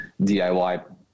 DIY